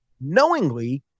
knowingly